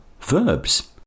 verbs